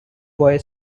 boy